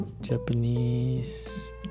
Japanese